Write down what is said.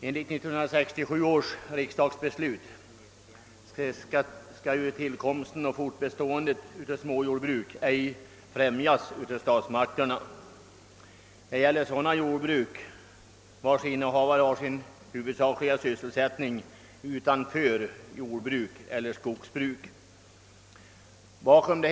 Enligt 1967 års riksdagsbeslut skall tillkomsten och fortbeståndet av småjordbruk inte främjas av statsmakterna, inte heller i fråga om sådana jordbruk vilkas innehavare har sin huvudsakliga sysselsättning utanför jordbrukseller skogsbruksnäringen.